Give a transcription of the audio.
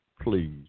please